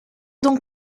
donc